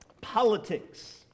Politics